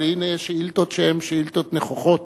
אבל הנה שאילתות שהן שאילתות נכוחות,